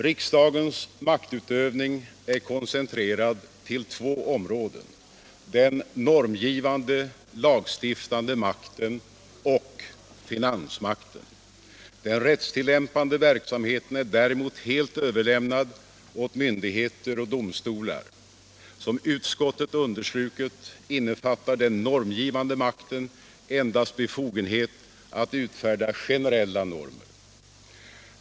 Riksdagens maktutövning är koncentrerad till två områden — den normgivande-lagstiftande makten öch finansmakten. Den rättstillämpande verksamheten är däremot helt överlämnad åt myndigheter och domstolar. Som utskottet understrukit innefattar den normgivande makten endast befogenhet att utfärda generella normer.